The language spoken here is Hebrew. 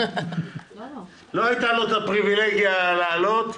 לא הייתה לו הפריווילגיה לעלות.